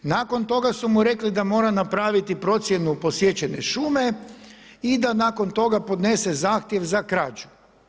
Nakon toga su mu rekli da mora napraviti procjenu posječene šume i da nakon toga podnese Zahtjev za krađu.